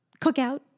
cookout